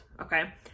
okay